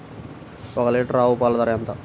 ఒక్క లీటర్ ఆవు పాల ధర ఎంత?